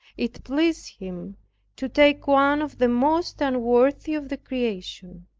it pleased him to take one of the most unworthy of the creation,